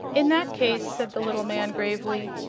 in that case, said the little man, gravely,